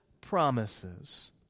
promises